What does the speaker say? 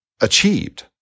achieved